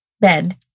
bed